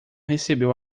recebeu